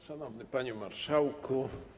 Szanowny Panie Marszałku!